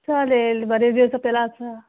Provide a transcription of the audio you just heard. चालेल बरेच दिवस आपल्याला असं